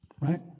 right